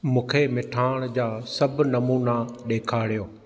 मूंखे मिठाण जा सभु नमूना ॾेखारियो